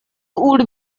would